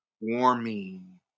warming